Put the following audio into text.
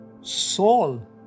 Saul